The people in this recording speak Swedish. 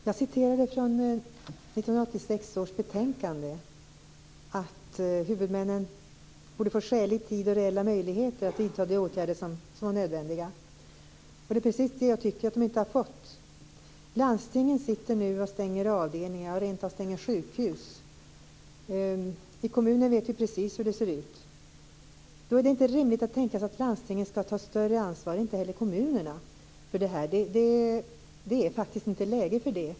Fru talman! Jag läste upp ett citat om att huvudmännen borde få skälig tid och reella möjligheter att vidta de åtgärder som var nödvändiga. Det är precis det jag tycker att de inte har fått. Landstingen sitter nu och stänger avdelningar - ja rent av sjukhus. I kommunerna vet vi precis hur det ser ut. Då är det inte rimligt att tänka sig att landstingen skall ta större ansvar - och inte heller kommunerna - för det här. Det är faktiskt inte läge för det.